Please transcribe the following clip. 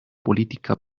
política